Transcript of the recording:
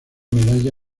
medalla